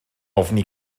ofni